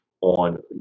on